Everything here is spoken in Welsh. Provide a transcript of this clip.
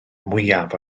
mwyaf